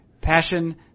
passion